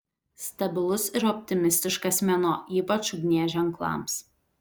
stabilus ir optimistiškas mėnuo ypač ugnies ženklams